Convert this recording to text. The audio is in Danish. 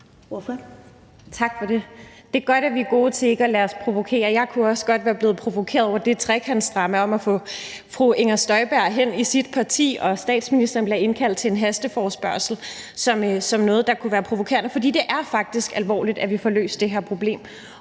Tak for det. Det er godt, at vi er gode til ikke at lade os provokere. Jeg kunne også godt være blevet provokeret over det trekantsdrama om at få fru Inger Støjberg hen i sit parti, og at statsministeren bliver indkaldt til en hasteforespørgsel, er også noget, der kunne være provokerende. Det er faktisk alvorligt, at vi får løst det her problem.